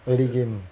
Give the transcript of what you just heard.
early game